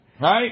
Right